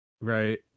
Right